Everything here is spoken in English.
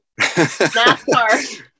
NASCAR